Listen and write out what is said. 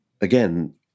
again